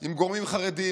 עם גורמים חרדיים,